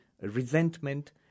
resentment